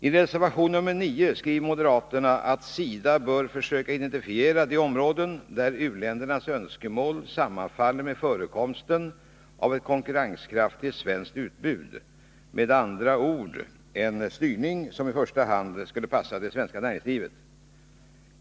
I reservation nr 9 skriver moderaterna att SIDA bör ”försöka identifiera de områden där u-ländernas önskemål sammanfaller med förekomsten av ett konkurrenskraftigt svenskt utbud”. Med andra ord — en styrning som i första hand skulle passa det svenska näringslivet.